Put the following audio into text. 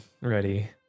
ready